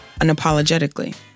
unapologetically